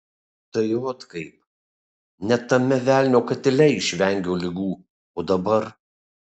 tai ot kaip net tame velnio katile išvengiau ligų o dabar